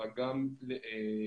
אבל גם לפולין,